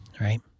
Right